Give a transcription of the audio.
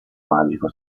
magico